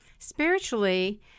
spiritually